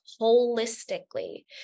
holistically